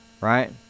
right